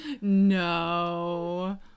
No